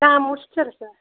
நான் முடித்துத் தரேன் சார்